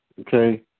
Okay